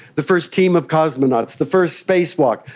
the first team of cosmonauts, the first space walk,